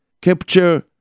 capture